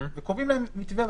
וקובעים להם מתווה,